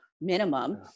minimum